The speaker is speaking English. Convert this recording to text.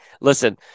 Listen